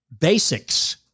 Basics